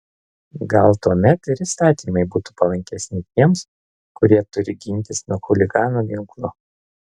gal tuomet ir įstatymai būtų palankesni tiems kurie turi gintis nuo chuliganų ginklu